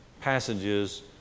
passages